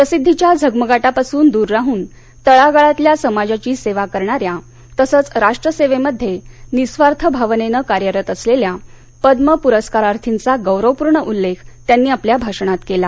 प्रसिद्वीच्या झगमगाटापासून दूर राहून तळागाळातल्या समाजाची सेवा करणाऱ्या तसंच राष्ट्रसेवेमध्ये निःस्वार्थ भावनेनं कार्यरत असलेल्या पद्म पुरस्कारार्थींचा गौरवपूर्ण उल्लेख त्यांनी आपल्या भाषणात केला